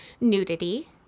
nudity